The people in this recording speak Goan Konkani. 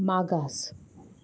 मागास